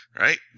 right